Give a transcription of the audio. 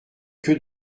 que